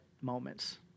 moments